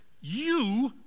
You